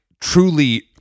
truly